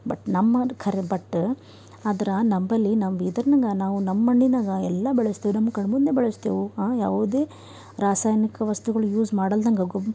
but ನಮ್ಮಂದ್ರ ಖರೆ ಬಟ್ಟ ಆದ್ರೆ ನಂಬಲ್ಲಿ ನಮ್ಮ ಬೀದರ್ನಾಗ ನಾವು ನಮ್ಮ ಮಣ್ಣಿನಾಗ ಎಲ್ಲ ಬೆಳೆಸ್ತೇವೆ ನಮ್ಮ ಕಣ್ಣ ಮುಂದೆ ಬೆಳೆಸ್ತೇವೆ ಯಾವುದೇ ರಾಸಾಯನಿಕ ವಸ್ತುಗಳು ಯೂಸ್ ಮಾಡಲ್ದಂಗ ಗೊಬ್